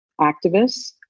activists